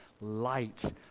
light